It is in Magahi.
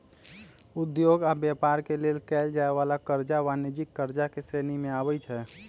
उद्योग आऽ व्यापार के लेल कएल जाय वला करजा वाणिज्यिक करजा के श्रेणी में आबइ छै